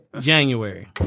January